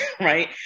right